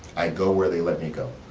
i go where they let me go.